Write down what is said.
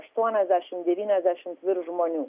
aštuoniasdešimt devyniasdešimt žmonių